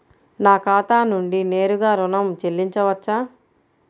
నా ఖాతా నుండి నేరుగా ఋణం చెల్లించవచ్చా?